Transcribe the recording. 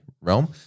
realm